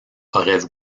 aurait